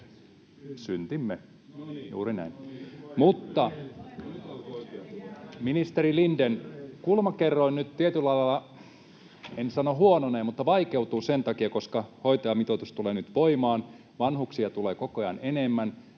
Mutta, ministeri Lindén, kulmakerroin nyt tietyllä lailla — en sano ”huononee” — vaikeutuu sen takia, koska hoitajamitoitus tulee nyt voimaan. Vanhuksia tulee koko ajan enemmän.